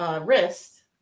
wrist